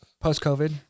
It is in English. post-covid